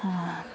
हा